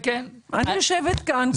אני יושבת כאן.